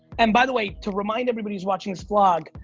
and by the way, to remind everybody who's watching this vlog,